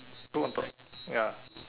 two on top ya